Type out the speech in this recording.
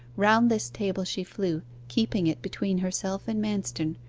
round this table she flew, keeping it between herself and manston,